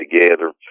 together